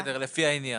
לפי העניין.